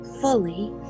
fully